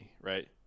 right